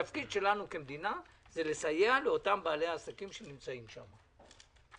התפקיד שלנו כמדינה הוא לסייע לאותם בעלי עסקים שנמצאים שם.